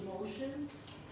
emotions